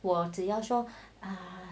我只要说